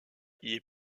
est